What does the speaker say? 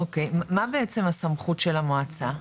אוקי, מה בעצם הסמכות של המועצה?